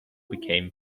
became